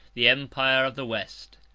the empire of the west.